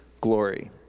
glory